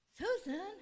Susan